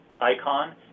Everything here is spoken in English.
icon